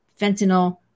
fentanyl